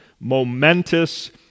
momentous